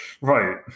right